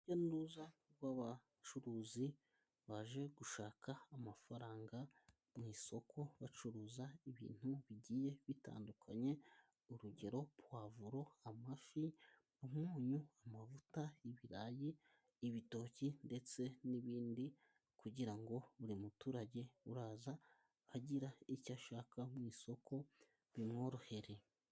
Urujya n'uruza rw'abacuruzi baje gushaka amafaranga mu isoko bacuruza ibintu bigiye bitandukanye urugero: pavuro, amafi, umunyu, amavuta, ibirayi ,ibitoki ndetse n'ibindi kugira ngo buri muturage uraza agira icyo ashaka mu isoko bimworohere.